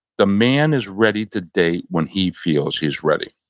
the man is ready to date when he feels he is ready.